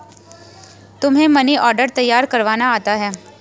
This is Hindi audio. तुम्हें मनी ऑर्डर तैयार करवाना आता है?